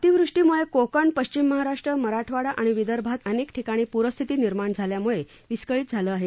अतिवृष्टीमुळे कोकण पश्विम महाराष्ट्र मराठवाडा आणि विदर्भात अनेक ठिकाणी पूरस्थिती निर्माण झाल्यामुळे जनजीवन विस्कळीत झालं आहे